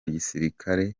gisilikare